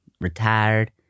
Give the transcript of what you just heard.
retired